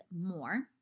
more